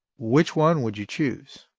which one would you choose?